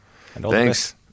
Thanks